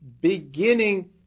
Beginning